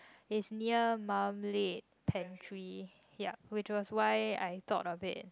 is near Marmalade Pantry yeap which was why I thought of it